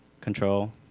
control